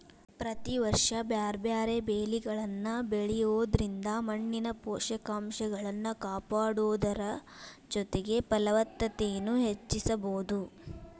ಪ್ರತಿ ವರ್ಷ ಬ್ಯಾರ್ಬ್ಯಾರೇ ಬೇಲಿಗಳನ್ನ ಬೆಳಿಯೋದ್ರಿಂದ ಮಣ್ಣಿನ ಪೋಷಕಂಶಗಳನ್ನ ಕಾಪಾಡೋದರ ಜೊತೆಗೆ ಫಲವತ್ತತೆನು ಹೆಚ್ಚಿಸಬೋದು